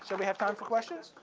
so we have time for questions?